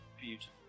beautiful